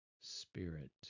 spirit